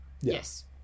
Yes